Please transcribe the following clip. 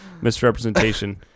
misrepresentation